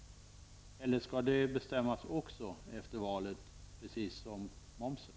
Eller skall detta, precis som när det gäller momsen, avgöras efter valet?